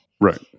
Right